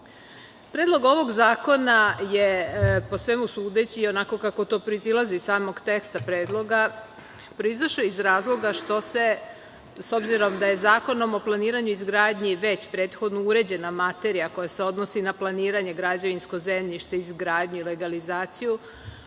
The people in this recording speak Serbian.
ovog zakona je po svemu sudeći i onako kako to proizilazi samog teksta predloga proizašao iz razloga što se, s obzirom da je Zakonom o planiranju i izgradnji već prethodno uređena materija koja se odnosi na planiranje, građevinsko zemljište, izgradnju i legalizaciju,